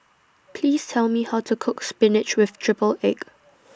Please Tell Me How to Cook Spinach with Triple Egg